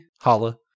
Holla